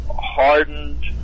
hardened